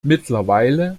mittlerweile